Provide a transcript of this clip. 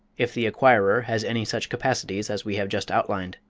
if the acquirer has any such capacities as we have just outlined.